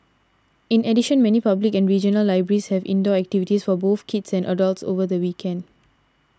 in addition many public and regional libraries have indoor activities for both kids and adults over the weekend